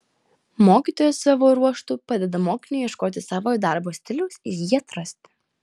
mokytojas savo ruožtu padeda mokiniui ieškoti savojo darbo stiliaus ir jį atrasti